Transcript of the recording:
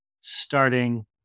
starting